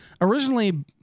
originally